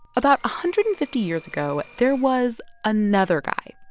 about hundred and fifty years ago, there was another guy,